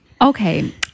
Okay